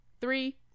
Three